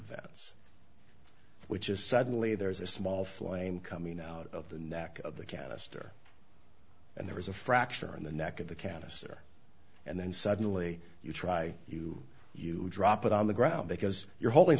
events which is suddenly there's a small flame coming out of the neck of the canister and there is a fracture in the neck of the canister and then suddenly you try you you drop it on the ground because you're holding